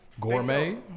Gourmet